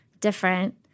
different